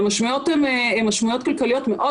והמשמעויות הן משמעויות כלכליות מאוד